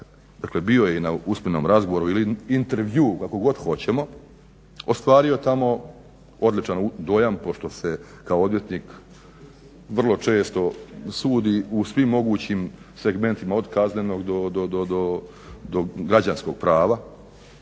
dakle bio i na usmenom razgovoru ili intervjuu kako god hoćemo ostvario tamo odličan dojam pošto se kao odvjetnik vrlo često sudi u svim mogućim segmentima od kaznenog do građanskog prava,